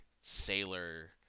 sailor